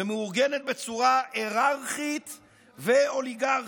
ומאורגנת בצורה היררכית ואוליגרכית.